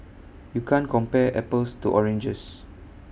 you can't compare apples to oranges